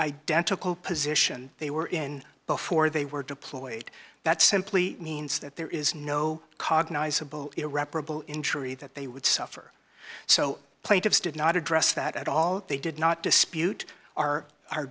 identical position they were in before they were deployed that simply means that there is no cognizable irreparable injury that they would suffer so plaintiffs did not address that at all they did not dispute our